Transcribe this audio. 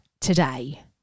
today